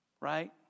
Right